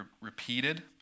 repeated